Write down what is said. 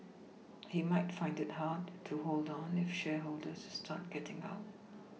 he might find it hard to hold on if shareholders start getting out